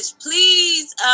Please